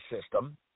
system